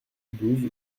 douze